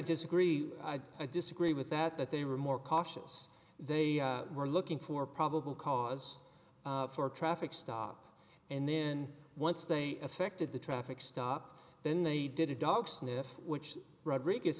disagree i disagree with that that they were more cautious they were looking for probable cause for a traffic stop and then once they affected the traffic stop then they did a dog sniff which rodriguez